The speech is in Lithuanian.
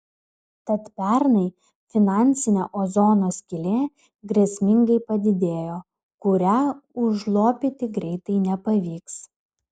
tad pernai finansinė ozono skylė grėsmingai padidėjo kurią užlopyti greitai nepavyks